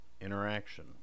interaction